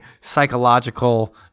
psychological